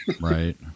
right